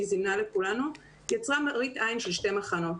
שהיא זימנה לכולנו יצרה מראית עין של שני מחנות,